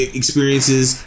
experiences